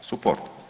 Suport.